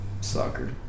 soccer